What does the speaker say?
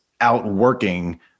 outworking